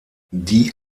die